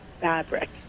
fabric